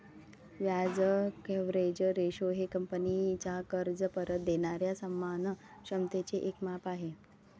व्याज coverage ratio हे कंपनीचा कर्ज परत देणाऱ्या सन्मान क्षमतेचे एक माप आहे